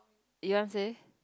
you want say